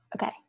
Okay